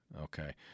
Okay